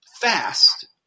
fast